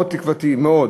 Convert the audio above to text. אני מקווה מאוד,